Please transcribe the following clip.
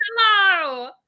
Hello